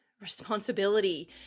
responsibility